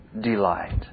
delight